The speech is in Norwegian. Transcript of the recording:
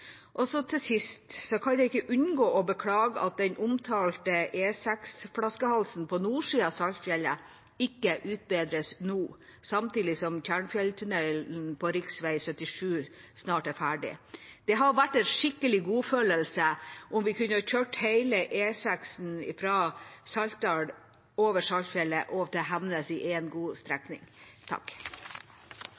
Til sist kan jeg ikke unngå å beklage at den omtalte E6-flaskehalsen på nordsiden av Saltfjellet ikke utbedres nå – samtidig som Tjernfjelltunnelen på rv. 77 snart er ferdig. Det hadde vært en skikkelig godfølelse om vi kunne ha kjørt hele E6 fra Saltdal over Saltfjellet og til Hemnes i én god